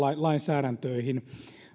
lainsäädäntöihin